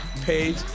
page